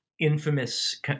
infamous